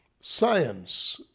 science